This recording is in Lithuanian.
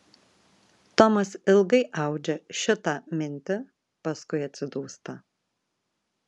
tomas ilgai audžia šitą mintį paskui atsidūsta